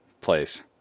place